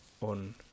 on